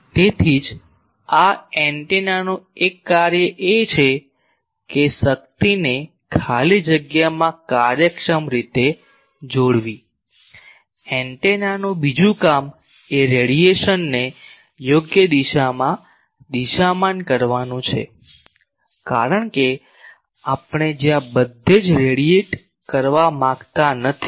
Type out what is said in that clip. તેથી જ એન્ટેનાનું એક કાર્ય એ છે કે શક્તિને ખાલી જગ્યામાં કાર્યક્ષમ રીતે જોડવી એન્ટેનાનું બીજું કામ એ રેડિયેશનને યોગ્ય દિશામાં દિશામાન કરવું છે કારણ કે આપણે જ્યાં બધે જ રેડિયેટ કરવા માંગતા નથી